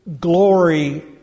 glory